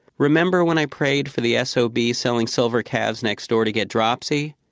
remember when i prayed for the s o b. selling silver calves next door to get dropsy?